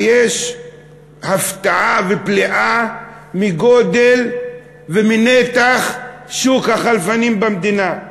ויש הפתעה ופליאה מגודל ומנתח שוק החלפנים במדינה.